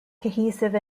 cohesive